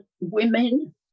women